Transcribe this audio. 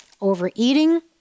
overeating